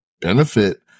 benefit